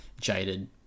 jaded